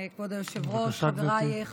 כבוד היושב-ראש, בבקשה, גברתי, שלוש דקות.